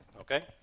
Okay